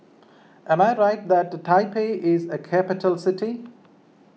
am I right that Taipei is a capital city